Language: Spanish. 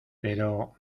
pero